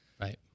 Right